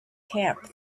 camp